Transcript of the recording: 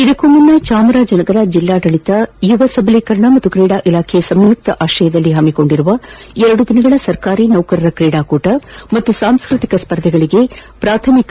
ಇದಕ್ಕೂ ಮುನ್ನ ಚಾಮರಾಜನಗರ ಜಿಲ್ಲಾಡಳಿತ ಯುವ ಸಬಲೀಕರಣ ಮತ್ತು ಕ್ರೀಡಾ ಇಲಾಖೆ ಸಂಯುಕಾಶ್ರಯದಲ್ಲಿ ಹಮ್ಮಿಕೊಂಡಿರುವ ಎರಡು ದಿನಗಳ ಸರ್ಕಾರಿ ನೌಕರರ ಕ್ರೀಡಾಕೂಟ ಹಾಗೂ ಸಾಂಸ್ಕೃತಿಕ ಸ್ಪರ್ಧೆಗಳಿಗೆ ಪ್ರಾಥಮಿಕ